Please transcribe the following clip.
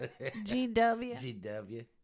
GW